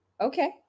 okay